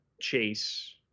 chase